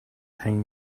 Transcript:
hanging